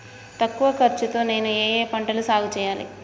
తక్కువ ఖర్చు తో నేను ఏ ఏ పంటలు సాగుచేయాలి?